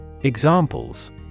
Examples